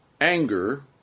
anger